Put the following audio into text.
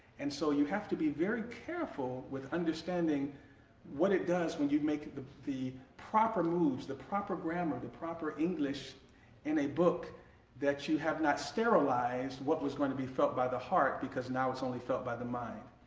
and so you have to be very careful with understanding what it does when you make the the proper moves, the proper grammar, the proper english in a book that you have not sterilized what was going to be felt by the heart because now it's only felt by the mind.